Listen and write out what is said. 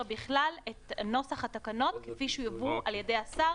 בכלל את נוסח התקנות כפי שיובאו על ידי השר